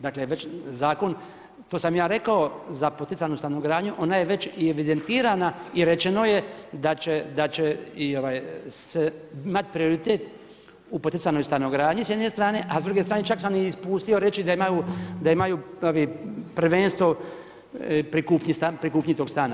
Dakle, već zakon, to sam ja rekao za poticajnu stanogradnju ona je već i evidentirana i rečeno je da će i imati prioritet u poticajnoj stanogradnji s jedne strane a s druge strane čak sam i ispustio reći da imaju prvenstvo pri kupnji tog stana.